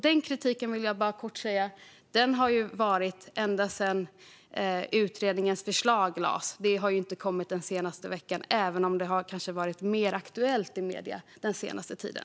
Den kritiken har funnits ända sedan utredningens förslag lades fram. Den har inte kommit senaste veckan, även om den har varit mer aktuell i medierna den senaste tiden.